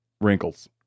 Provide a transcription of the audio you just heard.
wrinkles